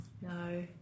no